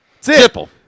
Simple